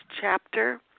chapter